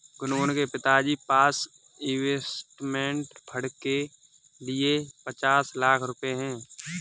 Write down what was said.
गुनगुन के पिताजी के पास इंवेस्टमेंट फ़ंड के लिए पचास लाख रुपए है